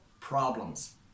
problems